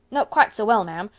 not quite so well, ma'am.